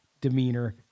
Demeanor